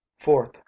Fourth